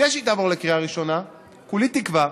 אחרי שהיא תעבור בקריאה ראשונה, כולי תקווה